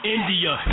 India